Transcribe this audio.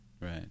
Right